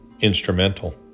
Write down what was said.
Instrumental